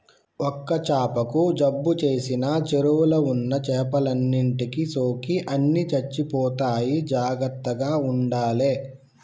ఒక్క చాపకు జబ్బు చేసిన చెరువుల ఉన్న చేపలన్నిటికి సోకి అన్ని చచ్చిపోతాయి జాగ్రత్తగ ఉండాలే